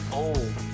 old